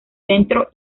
centro